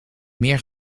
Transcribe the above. meer